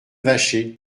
vacher